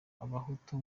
abahutu